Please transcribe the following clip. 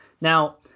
Now